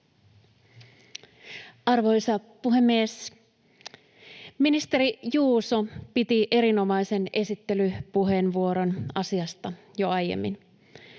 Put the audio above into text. Arvoisa puhemies! Ministeri Juuso piti erinomaisen esittelypuheenvuoron asiasta jo aiemmin.